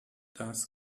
das